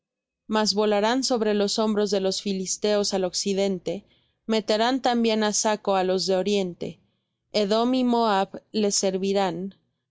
mas volarán sobre los hombros de los filisteos al occidente meterán también á saco á los de oriente edom y moab les servirán